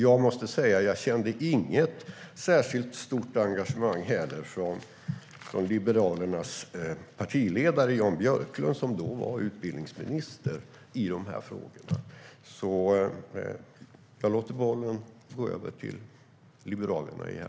Jag måste säga att jag inte heller kände något särskilt stort engagemang i de här frågorna från Liberalernas partiledare, Jan Björklund, som då var utbildningsminister. Jag låter bollen gå över till Liberalerna igen.